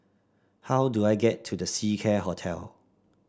how do I get to The Seacare Hotel